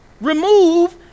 remove